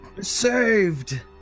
Saved